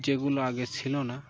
যেগুলো আগে ছিল না